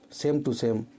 same-to-same